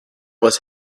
was